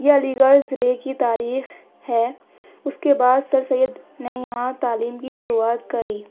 یہ علی گڑھ ضلع کی تاریخ ہے اس کے بعد سر سید نے یہاں تعلیم کی شروعات کری